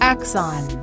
Axon